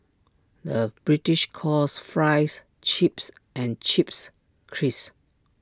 the British calls Fries Chips and Chips Crisps